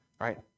right